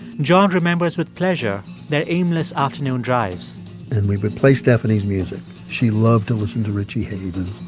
john remembers with pleasure the aimless afternoon drives and we would play stephanie's music. she loved to listen to richie havens